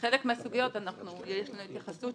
חלק מהסוגיות, ישנה התייחסות.